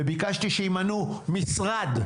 וביקשתי שימנו משרד,